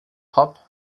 pop